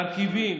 מרכיבים